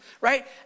right